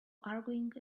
arguing